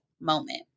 moment